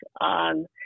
on